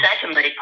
secondly